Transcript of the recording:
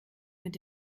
mit